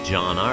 John